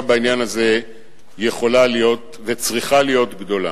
בעניין הזה יכולה להיות וצריכה להיות גדולה.